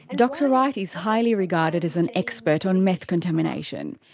ah dr wright is highly regarded as an expert on meth contamination.